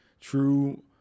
True